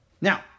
Now